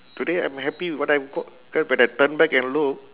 today I'm happy with what I've got that when I turn back and look